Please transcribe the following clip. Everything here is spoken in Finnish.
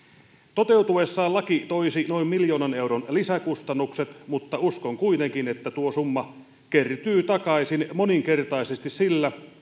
toteutuessaan laki toisi noin miljoonan euron lisäkustannukset mutta uskon kuitenkin että tuo summa kertyy takaisin moninkertaisesti sillä